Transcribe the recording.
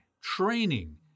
training